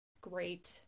great